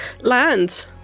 land